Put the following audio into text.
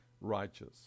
righteous